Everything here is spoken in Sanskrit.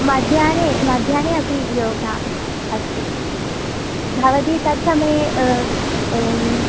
मध्याह्ने मध्याह्ने अपि योगाः अस्ति भवती तत्समये